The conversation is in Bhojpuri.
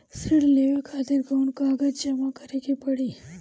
ऋण लेवे खातिर कौन कागज जमा करे के पड़ी?